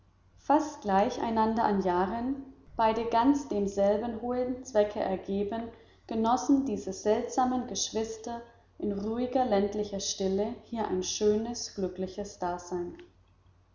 fast gleich aneinander an jahren beide ganz demselben hohen zwecke ergeben genossen diese seltsamen geschwister in ruhiger ländlicher stille hier ein schönes glückliches dasein